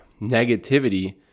negativity